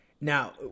Now